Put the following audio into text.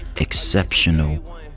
exceptional